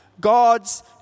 God's